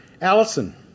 Allison